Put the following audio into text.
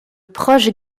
proche